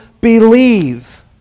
believe